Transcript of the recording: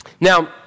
Now